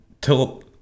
Till